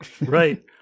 Right